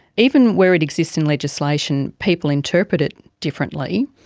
even where it exists in legislation, people interpret it differently.